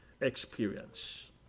experience